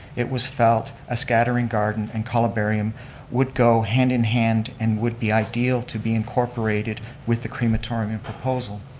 it was felt a scattering garden and calabarium would go hand in hand and would be ideal to be incorporated with the crematorium and proposal.